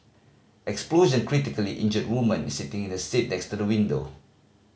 explosion critically injured woman sitting in the seat next to the window